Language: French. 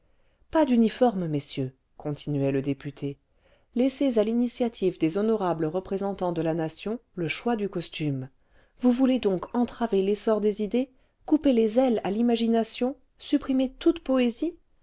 pas d'uniforme messieurs continuait le député laissez à l'initiative des honorables représentants de la nation le choix du costume vous voulez donc entraver l'essor des idées couper les ailes à l'imagination supprimer toute poésie